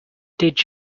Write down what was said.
did